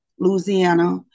Louisiana